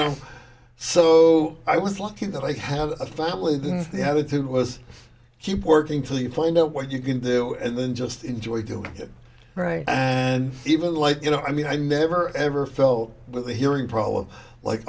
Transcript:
know so i was lucky that i have a family that has the i would say it was keep working till you find out what you can do and then just enjoy doing it right and even like you know i mean i never ever felt with a hearing problem like